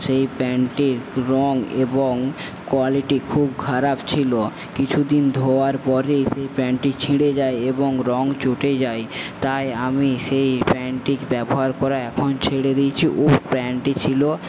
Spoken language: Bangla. সেই প্যান্টটির রঙ এবং কোয়ালিটি খুব খারাপ ছিল কিছুদিন ধোয়ার পরেই সেই প্যান্টটি ছিঁড়ে যায় এবং রঙ চটে যায় তাই আমি সেই প্যান্টটি ব্যবহার করা এখন ছেড়ে দিয়েছি ও প্যান্টটি ছিল